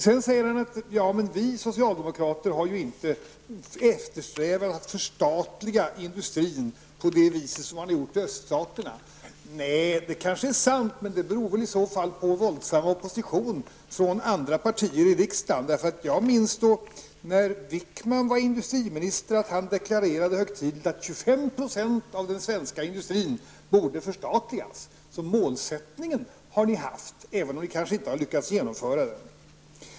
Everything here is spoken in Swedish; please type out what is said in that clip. Sedan säger Roland Sundgren att socialdekmokraterna inte har eftersträvat att förstatliga industrin på det vis som man har gjort i öststaterna. Det är kanske sant, men det beror i så fall på våldsam opposition från andra partier i riksdagen. Jag minns när Wikman var industriminister och han deklarerade högtidligt att 25 % av den svenska industrin borde förstatligas. Målsättningen har socialdemokraterna haft, även om socialdemokraterna inte har lyckats genomföra den.